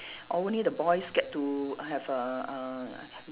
only the boys get to have a a